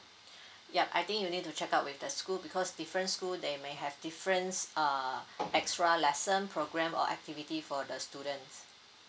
yup I think you need to check out with the school because different school they may have difference uh extra lesson program or activity for the students